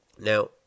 Now